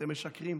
אתם משקרים.